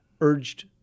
urged